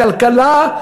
התרומה לכלכלה,